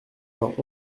vingt